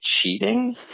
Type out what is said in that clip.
cheating